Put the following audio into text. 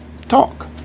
talk